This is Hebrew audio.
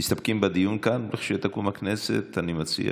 מסתפקים בדיון כאן, וכשתקום הכנסת, אני מציע,